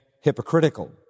hypocritical